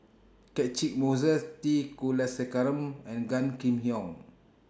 Catchick Moses T Kulasekaram and Gan Kim Yong